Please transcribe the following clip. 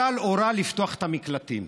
צה"ל הורה לפתוח את המקלטים.